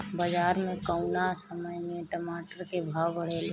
बाजार मे कौना समय मे टमाटर के भाव बढ़ेले?